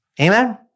Amen